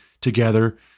together